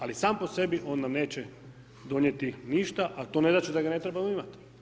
Ali sam po sebi on nam neće donijeti ništa, ali to ne znači da ga ne trebamo imati.